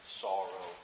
sorrow